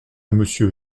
monsieur